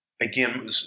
again